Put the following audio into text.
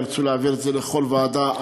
ירצו להעביר את זה לכל ועדה,